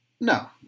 no